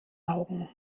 augen